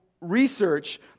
research